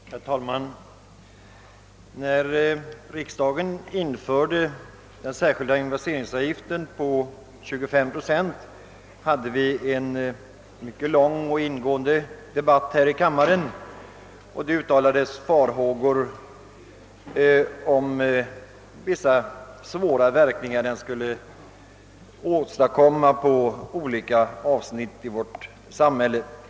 Herr talman! När riksdagen införde den särskilda investeringsavgiften på 25 procent, hade vi här i kammaren en mycket lång och ingående debatt. Det uttalades farhågor för att den skulle medföra svåra verkningar på olika avsnitt av byggnadsverksamheten i vårt samhälle.